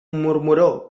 murmuró